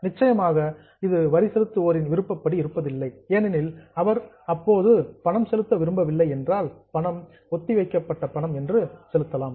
நிச்சயமாக இது வரி செலுத்துவோரின் விருப்பப்படி இருப்பதில்லை இல்லையெனில் அவர் அவள் இப்போது பணம் செலுத்த விரும்பவில்லை என்றால் ஒத்திவைத்து பணம் செலுத்தலாம்